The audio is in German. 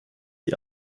die